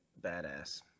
badass